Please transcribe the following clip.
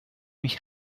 mich